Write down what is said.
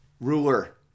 ruler